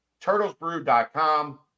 Turtlesbrew.com